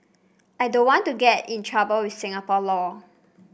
I don't want to get in trouble with Singapore law